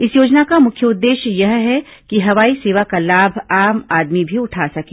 इस योजना का मुख्य उद्देश्य यह है कि हवाई सेवा का लाभ आम आदमी भी उठा सके